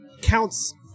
counts